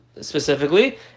specifically